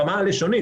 ברמה הלשונית,